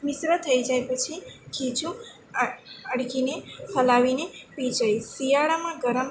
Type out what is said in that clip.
મિશ્ર થઈ જાય પછી ખીજુ અડકીને હલાવીને પી જઈશ શિયાળામાં ગરમ